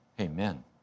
amen